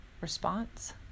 response